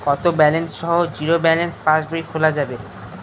কত ব্যালেন্স সহ zero balance পাসবই খোলা যাবে?